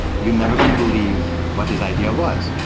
you're never going to believe what his idea was.